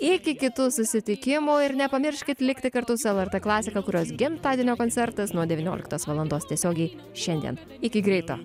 iki kitų susitikimų ir nepamirškit likti kartu su lrt klasika kurios gimtadienio koncertas nuo devynioliktos valandos tiesiogiai šiandien iki greito